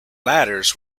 ladders